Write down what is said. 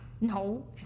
No